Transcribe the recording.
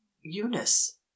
eunice